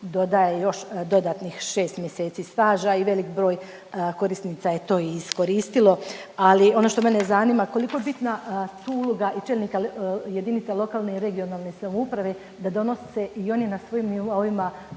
dodaje još dodatnih šest mjeseci staža i velik broj korisnica je to iskoristilo. Ali ono što mene zanima koliko je bitna tu uloga i čelnika jedinice lokalne i regionalne samouprave da donose i oni na svojim